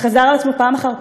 שחזר על עצמו פעם אחר פעם,